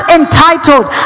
entitled